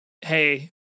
hey